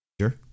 sure